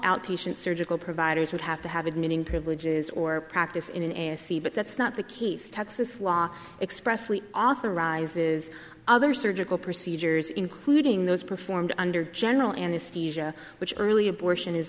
outpatient surgical providers would have to have admitting privileges or practice in an a s c but that's not the keith texas law expressly authorizes other surgical procedures including those performed under general anesthesia which early abortion is